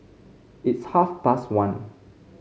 its half past one